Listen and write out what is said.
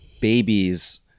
babies